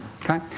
Okay